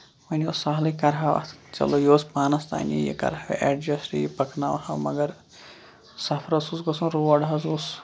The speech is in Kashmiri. وۄنۍ اوس سَہلٕے کَرہو اَتھ چلو یہِ اوس پانَس تانی یہِ کرہو ایڈجیسٹ یہِ پَکناوہو مَگر صفرَس اوس گژھُن روڈ حظ اوس